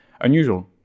unusual